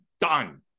done